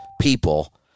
people